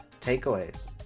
takeaways